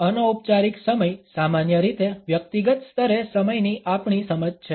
અનૌપચારિક સમય સામાન્ય રીતે વ્યક્તિગત સ્તરે સમયની આપણી સમજ છે